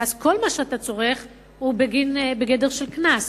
ואז כל מה שאתה צורך הוא בגדר של קנס,